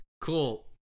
Cool